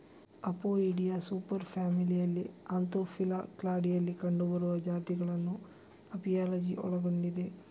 Apoidea super ಫ್ಯಾಮಿಲಿಯಲ್ಲಿ Anthophila ಕ್ಲಾಡಿನಲ್ಲಿ ಕಂಡುಬರುವ ಜಾತಿಗಳನ್ನು ಅಪಿಯಾಲಜಿ ಒಳಗೊಂಡಿದೆ